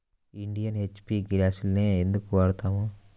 Indian, HP గ్యాస్లనే ఎందుకు వాడతాము?